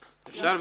ביטן, אפשר?